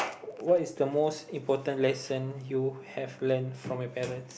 what is the most important lesson you have learnt from my parents